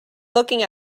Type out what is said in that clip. looking